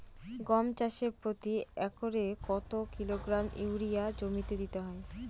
গম চাষে প্রতি একরে কত কিলোগ্রাম ইউরিয়া জমিতে দিতে হয়?